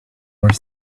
were